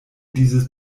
dieses